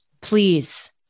Please